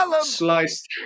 sliced